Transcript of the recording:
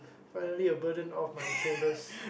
finally a burden off my shoulders